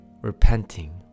repenting